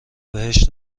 بهش